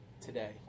today